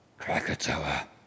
Krakatoa